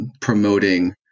promoting